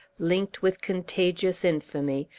linked with contagious infamy,